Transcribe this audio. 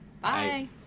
Bye